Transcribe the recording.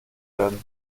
werden